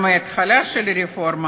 גם לא את ההתחלה של הרפורמה,